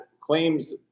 claims